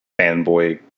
fanboy